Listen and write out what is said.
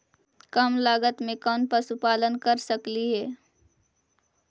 कम लागत में कौन पशुपालन कर सकली हे?